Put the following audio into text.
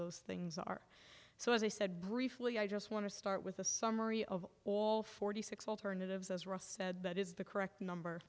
those things are so as i said briefly i just want to start with a summary of all forty six alternatives as ross said that is the correct number